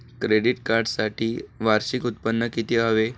Credit कार्डसाठी वार्षिक उत्त्पन्न किती हवे?